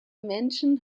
menschen